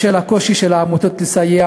בשל הקושי של העמותות לסייע